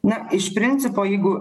na iš principo jeigu